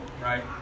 right